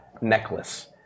necklace